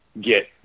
get